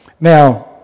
now